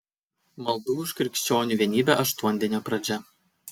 maldų už krikščionių vienybę aštuondienio pradžia